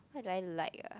what do I like ah